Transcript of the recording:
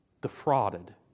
Defrauded